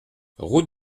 route